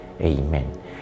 Amen